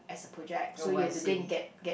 as a project so you have to go and get get